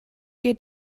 geht